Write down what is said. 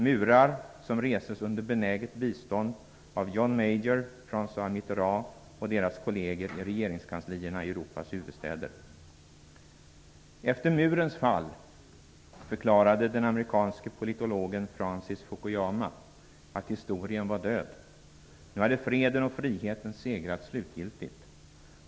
Murar reses under benäget bistånd av Efter murens fall förklarade den amerikanske politologen Francis Fukuyama att historien var död. Nu hade freden och friheten segrat slutgiltigt.